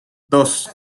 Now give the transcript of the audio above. dos